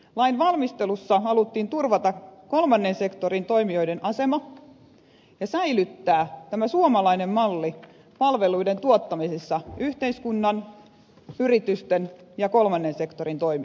lain valmistelussa haluttiin turvata kolmannen sektorin toimijoiden asema ja säilyttää tämä suomalainen malli palveluiden tuottamisessa yhteiskunnan yritysten ja kolmannen sektorin toimijoilla